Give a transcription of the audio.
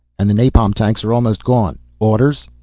and the napalm tanks are almost gone. orders?